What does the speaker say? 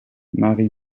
mary